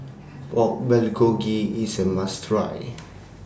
Pork Bulgogi IS A must Try